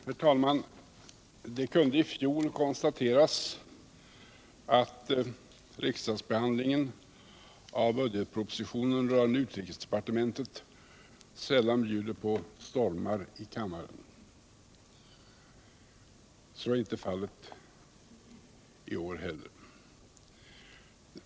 Herr talman! Det kunde i fjol konstateras att riksdagsbehandlingen av budgetpropositionen rörande utrikesdepartementet sällan bjuder på stormar i kammaren. Så är inte fallet i år heller.